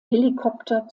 helikopter